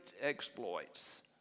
exploits